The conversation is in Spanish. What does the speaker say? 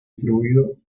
distribuido